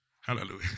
Hallelujah